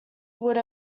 would